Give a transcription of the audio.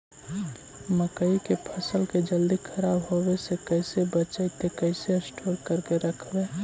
मकइ के फ़सल के जल्दी खराब होबे से कैसे बचइबै कैसे स्टोर करके रखबै?